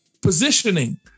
positioning